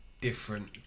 different